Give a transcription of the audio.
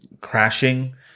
crashing